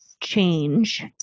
change